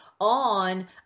on